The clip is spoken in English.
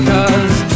Cause